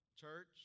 church